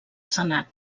senat